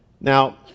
Now